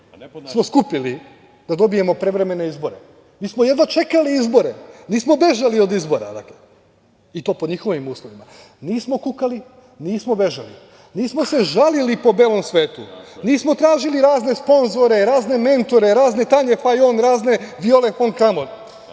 smo skupili da dobijemo prevremene izbore. Mi smo jedva čekali izbore, nismo bežali od izbora, i to pod njihovim uslovima. Nismo kukali i nismo bežali. Nismo se žalili po belom svetu. Nismo tražili razne sponzore, razne mentore, razne Tanje Fajon, razne Viole fon Kramon,